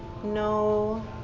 no